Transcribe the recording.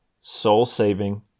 soul-saving